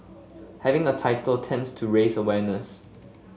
having a title tends to raise awareness